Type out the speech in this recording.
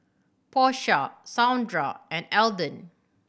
Porsha Saundra and Alden